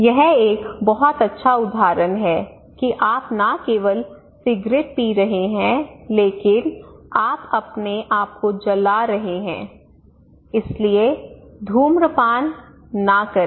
यह एक बहुत अच्छा उदाहरण है कि आप न केवल सिगरेट पी रहे हैं लेकिन आप अपने आप को जला रहे हैं इसलिए धूम्रपान न करें